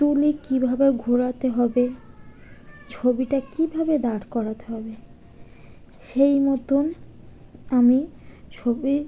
তুলি কীভাবে ঘোরাতে হবে ছবিটা কীভাবে দাঁড় করাতে হবে সেই মতোন আমি ছবি